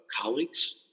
colleagues